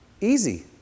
easy